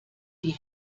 die